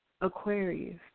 Aquarius